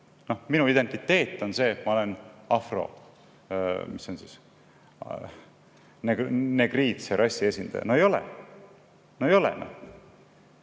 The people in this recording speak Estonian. minu identiteet on see, et ma olen afro…, mis see on siis, negriidse rassi esindaja. No ei ole! No ei ole!